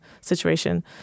situation